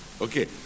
Okay